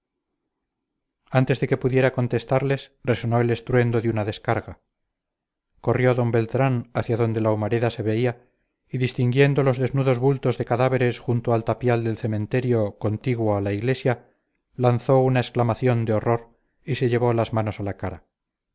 antes de que pudiera contestarles resonó el estruendo de una descarga corrió don beltrán hacia donde la humareda se veía y distinguiendo los desnudos bultos de cadáveres junto al tapial del cementerio contiguo a la iglesia lanzó una exclamación de horror y se llevó las manos a la cara